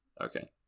Okay